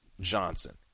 Johnson